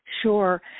Sure